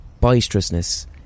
boisterousness